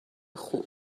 خوب